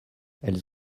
elles